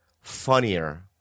Funnier